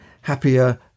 happier